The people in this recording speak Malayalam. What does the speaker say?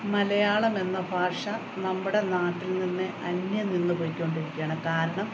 മലയാളം എന്ന ഭാഷ നമ്മുടെ നാട്ടിൽ നിന്ന് അന്യം നിന്ന് പോയിക്കൊണ്ടിരിക്കുകയാണ് കാരണം